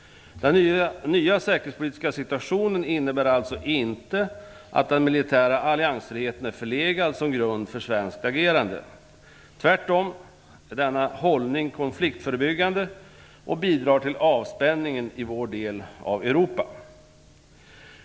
Den nya säkerhetspolitiska situationen innebär alltså inte att den militära alliansfriheten är förlegad som grund för svenskt agerande - tvärtom är denna hållning konfliktförebyggande och bidrar till avspänningen i vår del av Europa.